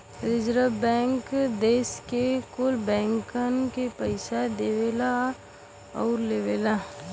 रीजर्वे bank देस के कुल बैंकन के पइसा देवला आउर लेवला